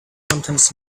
sometimes